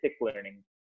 learning